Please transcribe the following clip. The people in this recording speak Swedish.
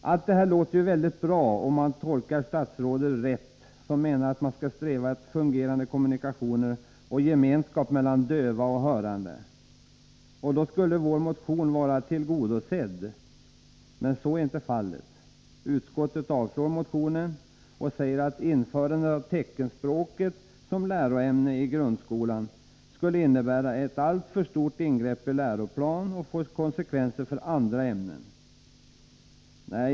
Allt detta låter mycket bra, om man tolkar statsrådet rätt. Statsrådet menar att man skall sträva efter fungerande kommunikationer och 117 gemenskap mellan döva och hörande, och därmed skulle vår motion vara tillgodosedd. Men så är inte fallet. Utskottet avstyrker motionen och säger att införande av teckenspråket som läroämne i grundskolan skulle innebära ett alltför stort ingrepp i läroplanen och få konsekvenser för andra ämnen.